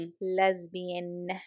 Lesbian